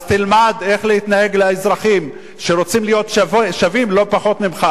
אז תלמד איך להתנהג לאזרחים שרוצים להיות שווים לא פחות ממך,